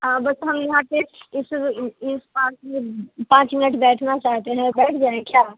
हाँ बस हम यहाँ पर इस इस पाँच मिट पाँच मिनट बैठना चाहते हैं बैठ जाऍं क्या